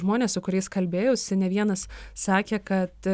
žmonės su kuriais kalbėjausi ne vienas sakė kad